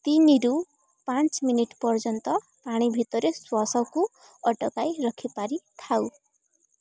ତିନିରୁ ପାଞ୍ଚ ମିନିଟ୍ ପର୍ଯ୍ୟନ୍ତ ପାଣି ଭିତରେ ଶ୍ଵାସକୁ ଅଟକାଇ ରଖିପାରିଥାଉ